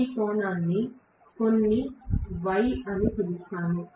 ఈ కోణాన్ని కొన్ని γ అని పిలుస్తాను